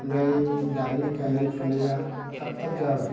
ओमफ्राय दानि गायनाय फुनाया थाब थाब जाबाय